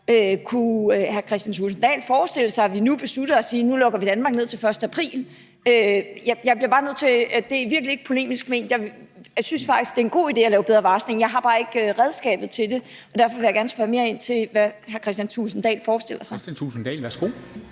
Kunne hr. Kristian Thulesen Dahl forestille sig, at vi nu besluttede at sige: Nu lukker vi Danmark ned til den 1. april? Det er virkelig ikke polemisk ment, for jeg synes faktisk, det er en god idé at lave bedre varsling, men jeg har bare ikke redskabet til det. Derfor vil jeg gerne spørge mere ind til, hvad hr. Kristian Thulesen Dahl forestiller sig. Kl. 14:01 Formanden (Henrik